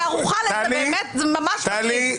טלי,